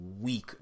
weak